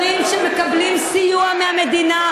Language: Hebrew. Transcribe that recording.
אני אגיד לך בדיוק למה אני מתנגדת.